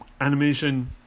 Animation